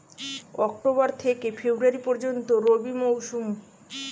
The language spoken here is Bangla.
অক্টোবর থেকে ফেব্রুয়ারি পর্যন্ত রবি মৌসুম